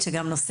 רגע.